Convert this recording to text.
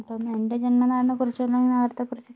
ഇപ്പം എൻ്റെ ജന്മനാടിനെക്കുറിച്ച്